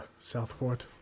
Southport